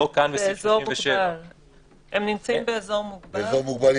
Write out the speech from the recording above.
לא כאן בסעיף 37. הם נמצאים באזור מוגבל.